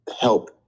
help